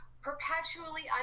perpetually